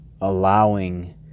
allowing